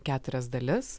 keturias dalis